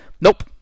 Nope